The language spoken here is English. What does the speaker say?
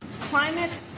climate